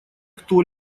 кто